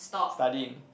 studying